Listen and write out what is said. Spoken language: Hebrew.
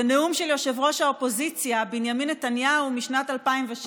זה נאום של יושב-ראש האופוזיציה בנימין נתניהו משנת 2006,